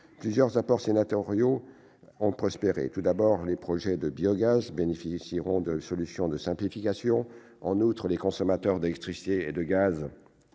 Plusieurs apports sénatoriaux ont été pris en compte : tout d'abord, les projets de biogaz bénéficieront de solutions de simplification. En outre, les consommateurs d'électricité et de gaz